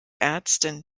ärztin